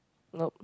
no